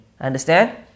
Understand